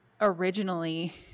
originally